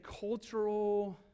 cultural